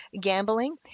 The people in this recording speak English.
gambling